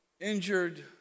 injured